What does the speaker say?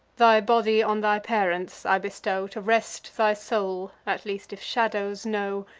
thy body on thy parents i bestow, to rest thy soul, at least, if shadows know,